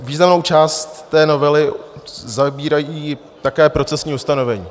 Významnou část novely zabírají také procesní ustanovení.